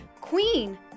Queen